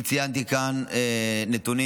אני ציינתי כאן נתונים,